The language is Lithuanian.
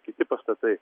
kiti pastatai